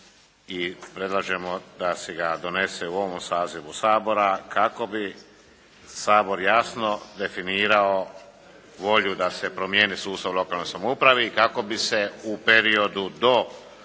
i predlažemo da se ga donese u ovom sazivu Sabora kako bi Sabor jasno definirao volju da se promijeni sustav lokalnoj samoupravi, kako bi se u periodu do